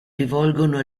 rivolgono